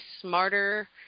smarter